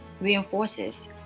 reinforces